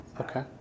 Okay